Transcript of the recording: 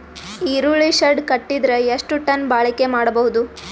ಈರುಳ್ಳಿ ಶೆಡ್ ಕಟ್ಟಿದರ ಎಷ್ಟು ಟನ್ ಬಾಳಿಕೆ ಮಾಡಬಹುದು?